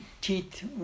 teeth